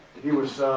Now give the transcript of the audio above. he was,